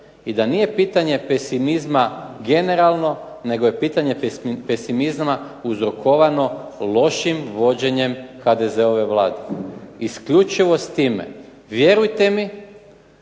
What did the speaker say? i da nije pitanje pesimizma generalno, nego je pitanje pesimizma uzrokovano lošim vođenjem HDZ-ove Vlade. Isključivo s time. Vjerujte mi